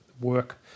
work